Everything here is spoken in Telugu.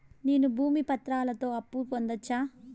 నేను భూమి పత్రాలతో అప్పు పొందొచ్చా?